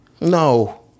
no